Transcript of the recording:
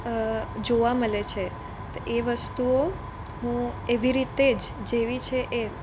જોવા મળે છે તો એ વસ્તુઓ હું એવી રીતે જ જેવી છે એ